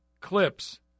Clips